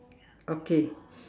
okay